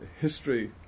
history